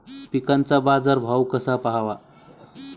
पिकांचा बाजार भाव कसा पहावा?